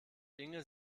inge